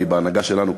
כי בהנהגה שלנו,